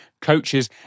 coaches